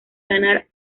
ganar